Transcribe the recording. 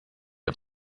auf